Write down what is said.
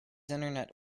internet